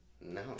No